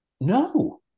No